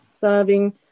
Serving